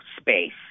space